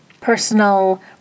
personal